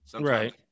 right